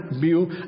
view